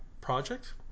project